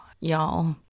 y'all